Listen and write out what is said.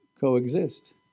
coexist